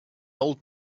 old